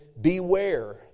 beware